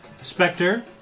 Spectre